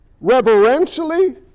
reverentially